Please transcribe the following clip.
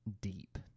deep